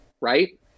right